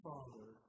Father